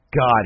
God